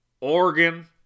Oregon